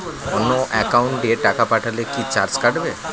অন্য একাউন্টে টাকা পাঠালে কি চার্জ কাটবে?